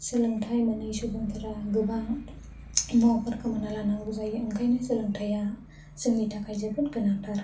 सोलोंथाइ मोनै सुबुंफोरा गोबां मुवाखौ खोमाना लानांगौ जायो ओंखायनो सोलोंथाया जोंनि थाखाय जोबोद गोनांथार